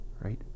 right